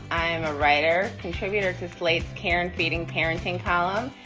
i am a writer contributor to slate karen feeding parenting column.